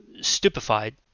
stupefied